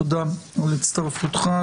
תודה על הצטרפותך,